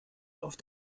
auf